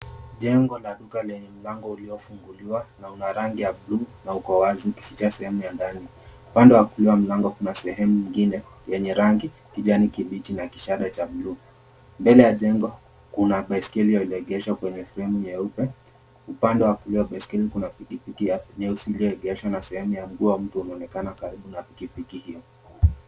Jengo la duka lenye mlango uliofunguliwa na una rangi ya buluu na uko wazi ukificha sehemu ya ndani. Upande wa kulia wa mlango kuna sehemu ingine yenye rangi kijanikibichi na kishale cha buluu. Mbele ya jengo kuna baiskeli iliyoegeshwa kwenye fremu nyeupe. Upande wa kulia wa baiskeli kuna pikipiki nyeusi iliyoegeshwa na shehemu ya mguu wa mtu inaonekana karibu na pikipiki hiyo.